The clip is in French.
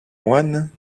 moines